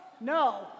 No